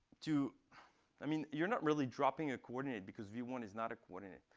to i mean, you're not really dropping a coordinate, because v one is not a coordinate.